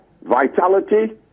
vitality